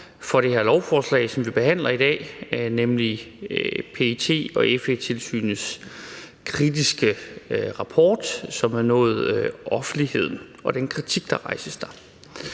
for det her lovforslag, som vi behandler i dag, nemlig PET- og FE-tilsynets kritiske rapport, som er nået offentligheden, og den kritik, der kan rejses der.